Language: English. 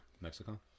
Mexico